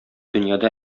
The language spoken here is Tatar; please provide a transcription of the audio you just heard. дөньяда